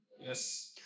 Yes